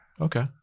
Okay